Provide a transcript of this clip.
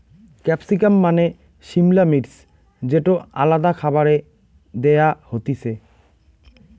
capsicum মানে সিমলা মির্চ যেটো আলাদা খাবারে দেয়া হতিছে